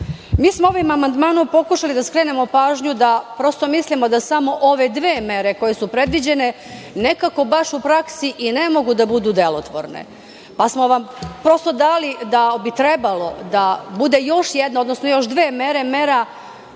smo ovim amandmanom pokušali da skrenemo pažnju da prosto mislimo da samo ove dve mere koje su predviđene nekako baš u praksi i ne mogu da budu delotvorne. Prosto smo vam dali da bi trebalo da budu još dve mere – mera